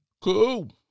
Cool